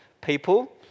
people